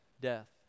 death